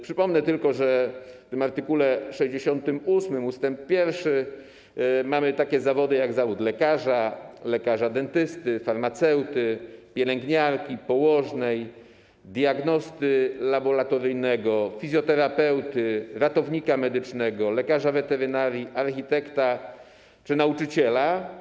Przypomnę tylko, że w art. 68 ust. 1 mamy takie zawody jak zawód lekarza, lekarza dentysty, farmaceuty, pielęgniarki, położnej, diagnosty laboratoryjnego, fizjoterapeuty, ratownika medycznego, lekarza weterynarii, architekta czy nauczyciela.